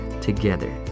together